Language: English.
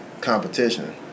competition